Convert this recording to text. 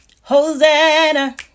Hosanna